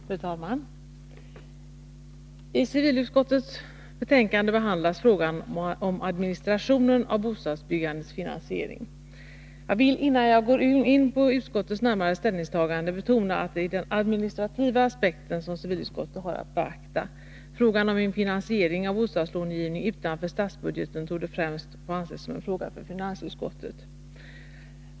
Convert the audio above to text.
Fru talman! I civilutskottets betänkande 26 behandlas frågan om administrationen av bostadsbyggandets finansiering. Jag vill, innan jag går in på utskottets närmare ställningstaganden, betona att det är den administrativa aspekten som civilutskottet har att beakta. Frågan om en finansiering av bostadslånegivningen utanför statsbudgeten torde främst få anses vara en fråga för finansutskottet.